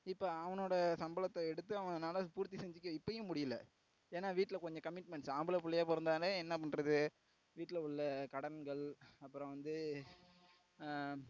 இப்போ அவனோட சம்பளத்தை எடுத்து அவனால் பூர்த்தி செஞ்சிக்க இப்பையும் முடியிலை ஏன்னா வீட்டில் கொஞ்சம் கமிட்மெண்ட்ஸ் ஆம்பளை பிள்ளயா பிறந்தாலே என்ன பண்ணுறது வீட்டில் உள்ள கடன்கள் அப்புறோம் வந்து